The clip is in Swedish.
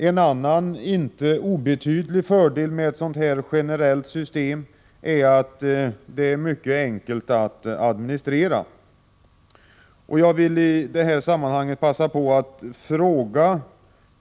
En annan inte obetydlig fördel med ett generellt system är att det är mycket enkelt att administrera. Herr talman!